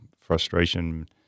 frustration